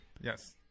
Yes